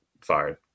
fired